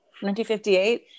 1958